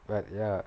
but ya